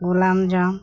gulab jamun